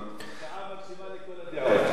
הופעה מרשימה לכל הדעות.